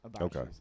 okay